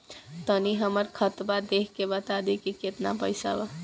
तनी हमर खतबा देख के बता दी की केतना पैसा बा?